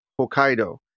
Hokkaido